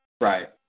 Right